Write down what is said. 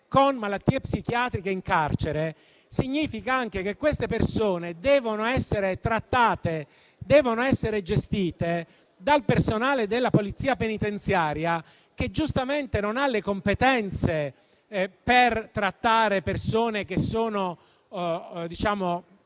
con malattie psichiatriche in carcere significa anche che queste persone devono essere trattate e gestite dal personale della polizia penitenziaria, che non ha le competenze per trattare persone che si trovano